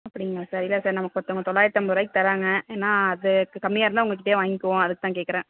அப்படிங்களா சார் இல்லை சார் நமக்கு ஒருத்தவங்க தொளாயிரத்து ஐம்பதுருவாக்கி தராங்க நான் அது கம்மியாக இருந்தால் உங்கள்கிட்டயே வாய்ங்குவோம் அதுக்கு தான் கேட்குறேன்